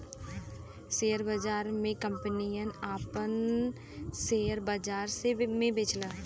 share बाजार मे कंपनियन आपन सेअर बाजार मे बेचेला